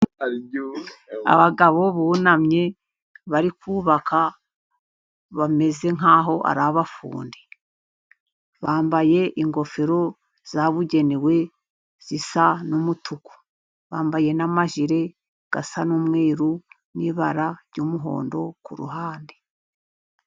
Abagabo bunamye bari kubaka, bameze nkaho ari abafundi bambaye ingofero zabugenewe zisa n'umutuku, bambaye n'amajiri asa n'umweru, n'ibara ry'umuhondo ku ruhande.